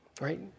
Right